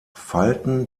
falten